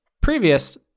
previous